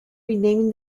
renaming